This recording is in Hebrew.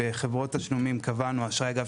בחברות תשלומים קבענו אשראי אגב,